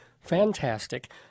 Fantastic